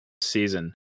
season